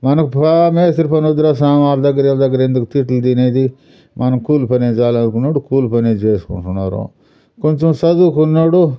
మనకి ప మేస్త్రీ పని వద్దురా స్వామి వాళ్ళ దగ్గర వీళ్ళ దగ్గర ఎందుకు తిట్లు తినేది మనం కూలి పని చాలు అనుకున్నప్పుడు కూలిపనే తీసుకుంటున్నారు కొంచెం చదువుకున్నవాడు